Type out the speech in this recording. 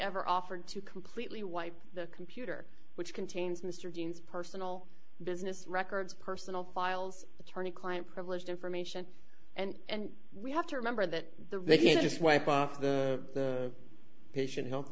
ever offered to completely wipe the computer which contains mr dean's personal business records personal files attorney client privilege information and we have to remember that the they can't just wipe off the patient health